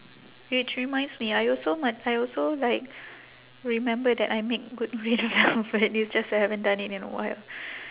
which reminds me I also ma~ I also like remember that I make good it's just I haven't done it in a while